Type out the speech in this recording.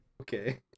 okay